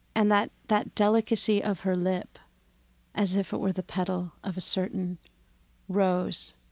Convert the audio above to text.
and that that delicacy of her lip as if it were the petal of a certain rose